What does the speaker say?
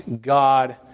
God